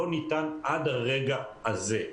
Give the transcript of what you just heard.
לא ניתן עד הרגע הזה,